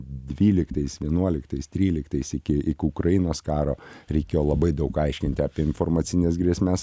dvyliktais vienuoliktais tryliktais iki ukrainos karo reikėjo labai daug aiškinti apie informacines grėsmes